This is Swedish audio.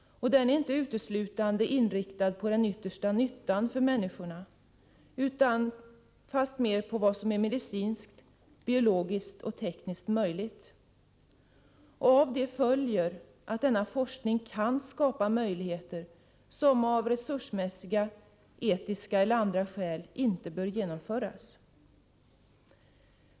Den är inte uteslutande inriktad på den yttersta nyttan för människorna, utan fastmer på vad som är medicinskt, biologiskt och tekniskt möjligt. Av det följer att denna forskning kan skapa möjligheter som av resursmässiga, etiska eller andra skäl inte bör begagnas.